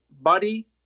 body